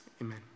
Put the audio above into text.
Amen